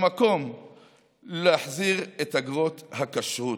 להחזיר את אגרות הכשרות.